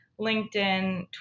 LinkedIn